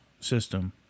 system